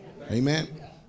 Amen